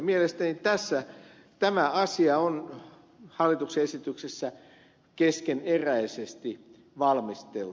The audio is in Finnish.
mielestäni tämä asia on hallituksen esityksessä keskeneräisesti valmisteltu